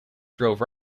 drove